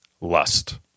lust